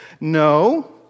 No